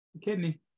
kidney